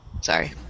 sorry